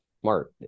smart